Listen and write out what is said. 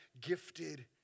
gifted